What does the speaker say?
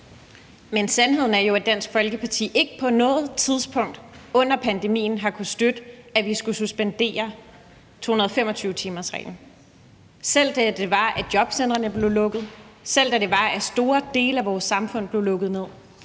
Men sandheden er jo, at Dansk Folkeparti ikke på noget tidspunkt under pandemien har kunnet støtte, at vi skulle suspendere 225-timersreglen. Selv da jobcentrene blev lukket, selv da store dele af vores samfund blev lukket ned,